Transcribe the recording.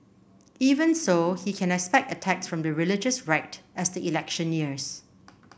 even so he can expect attacks from the religious right as the election nears